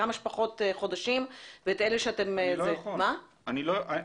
כמה שפחות חודשים ואת אלה שאתם --- אני לא יכול.